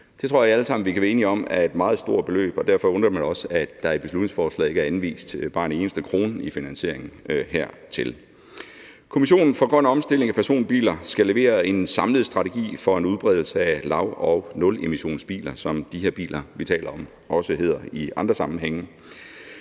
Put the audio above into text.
Det tror jeg at vi alle sammen kan være enige om er et meget stort beløb, og derfor undrer det mig også, at der i beslutningsforslaget ikke er anvist bare en eneste krone til finansieringen heraf. Kommissionen for grøn omstilling af personbiler skal levere en samlet strategi for en udbredelse af lav- og nulemissionsbiler, som de her biler, vi taler om, også hedder i andre sammenhænge.